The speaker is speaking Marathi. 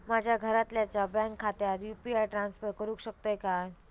माझ्या घरातल्याच्या बँक खात्यात यू.पी.आय ट्रान्स्फर करुक शकतय काय?